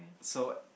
so what